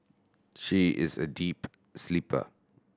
she is a deep sleeper